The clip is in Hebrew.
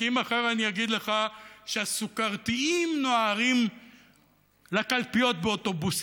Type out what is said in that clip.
כי אם מחר אני אגיד לך שהסוכרתיים נוהרים לקלפיות באוטובוסים,